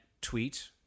tweet